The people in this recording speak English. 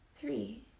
three